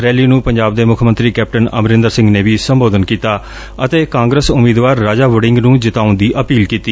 rally ਨੂੰ ਪੰਜਾਬ ਦੇ ਮੁੱਖ ਮੰਤਰੀ ਕੈਪਟਨ ਅਮਰੰਦਰ ਸਿੰਘ ਨੇ ਵੀ ਸੰਬੋਧਨ ਕੀਤਾ ਅਤੇ ਕਾਂਗਰਸ ਉਮੀਦਵਾਰ ਰਾਜਾ ਵਡਿੰਗ ਨੂੰ ਜਿਤਾਉਣ ਦੀ ਅਪੀਲ ਕੀਤੀ